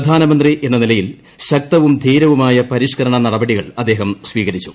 പ്രധാമന്ത്രി എന്ന നിലയിൽ ശക്തവും ധീരവുമായ പരിഷ്കരണ നടപടികൾ അദ്ദേഹം സ്വീകരിച്ചു